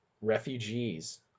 refugees